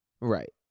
Right